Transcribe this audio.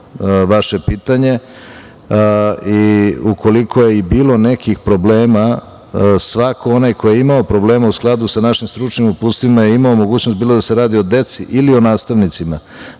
vaše pitanje i ukoliko je bilo nekih problema, svako onaj ko je imao problema sa našim stručnim uputstvima je imao mogućnost, bilo da se radi o deci ili o nastavnicima,